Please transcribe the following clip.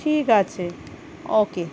ঠিক আছে ওকে